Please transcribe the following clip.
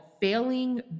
failing